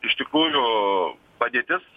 iš tikrųjų padėtis